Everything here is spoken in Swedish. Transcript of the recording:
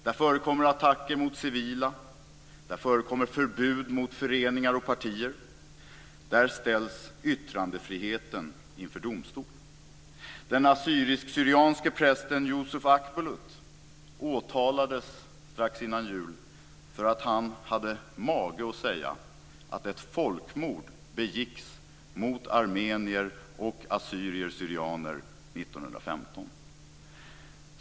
Där förekommer attacker mot civila. Där förekommer förbud mot föreningar och partier. Där ställs yttrandefriheten inför domstol. Den assyrisk syrianer 1915.